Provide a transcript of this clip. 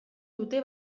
dute